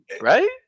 right